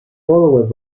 followed